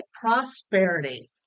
Prosperity